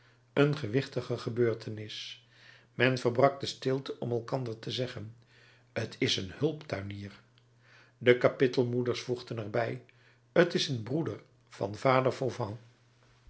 een gewichtige gebeurtenis men verbrak de stilte om elkander te zeggen t is een hulptuinier de kapittelmoeders voegden er bij t is een broeder van vader